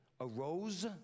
arose